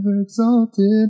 exalted